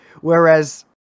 whereas